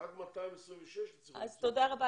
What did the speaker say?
רק 226 הצליחו למצוא עבודה?